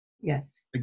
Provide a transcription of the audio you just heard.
Yes